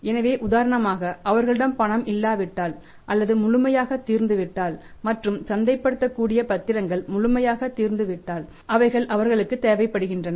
எனவே உதாரணமாக அவர்களிடம் பணம் இல்லாவிட்டால் அல்லது முழுமையாக தீர்ந்துவிட்டால் மற்றும் சந்தைப்படுத்தக்கூடிய பத்திரங்கள் முழுமையாக தீர்ந்துவிட்டால் அவைகள் அவர்களுக்கு தேவைப்படுகின்றன